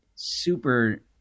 Super